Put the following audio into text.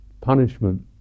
punishment